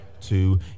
Two